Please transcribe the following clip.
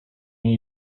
nie